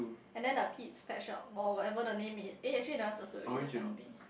and then the peaks pet shop or whatever the name it eh actually that one circle already also cannot be